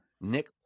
Nick